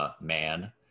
Man